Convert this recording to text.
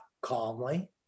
calmly